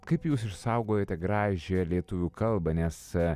kaip jūs išsaugojote gražią lietuvių kalbą nes